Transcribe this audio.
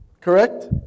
Correct